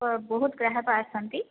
ବହୁତ ଗ୍ରାହାକ ଆସନ୍ତି